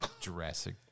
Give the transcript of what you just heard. Jurassic